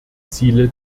ziele